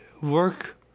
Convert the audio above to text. work